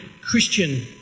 Christian